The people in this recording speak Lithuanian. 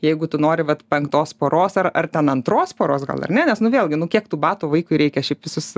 jeigu tu nori vat penktos poros ar ar ten antros poros gal ar ne nes vėlgi nu kiek tų batų vaikui reikia šiaip visus